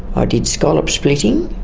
ah did scallop splitting,